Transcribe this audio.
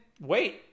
wait